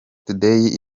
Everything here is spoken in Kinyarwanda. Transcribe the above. today